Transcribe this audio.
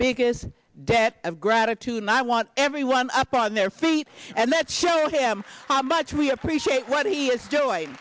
biggest debt of gratitude i want everyone up on their feet and that share him how much we appreciate what he is doing